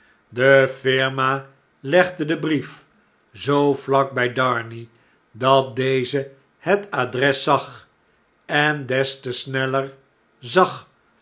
de firma legde den brief zoo vlak by darnay dat deze het adres zag endes te sneller zag